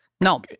No